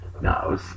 No